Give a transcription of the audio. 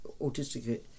Autistic